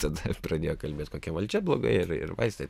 tada ir pradėjo kalbėt kokia valdžia bloga ir ir vaistai